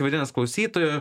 vadinas klausytoju